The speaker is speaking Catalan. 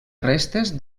restes